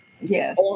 Yes